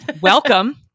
Welcome